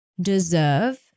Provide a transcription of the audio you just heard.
deserve